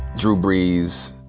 drew brees,